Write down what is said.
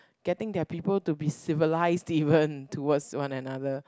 getting their people to be civilised even towards one another